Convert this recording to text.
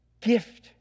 gift